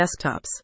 desktops